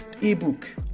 ebook